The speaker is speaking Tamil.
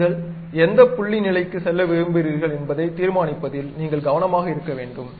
நீங்கள் எந்த புள்ளி நிலைக்கு செல்ல விரும்புகிறீர்கள் என்பதை தீர்மானிப்பதில் நீங்கள் கவனமாக இருக்க வேண்டும்